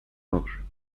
orge